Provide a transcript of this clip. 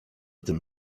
tym